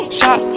Shot